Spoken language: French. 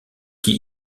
qui